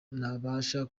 nabasha